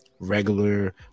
regular